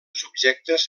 subjectes